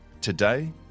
today